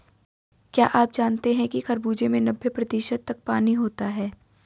क्या आप जानते हैं कि खरबूजे में नब्बे प्रतिशत तक पानी होता है